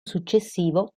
successivo